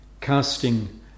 casting